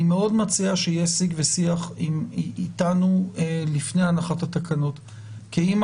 אני מאוד מציע שיהיה שיג ושיח איתנו לפני הנחת התקנות כי אם